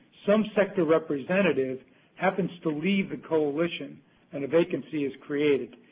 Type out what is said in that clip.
some sector representative happens to leave a coalition and a vacancy is created,